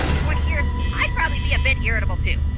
twenty years i'd probably be a bit irritable, too.